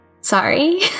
sorry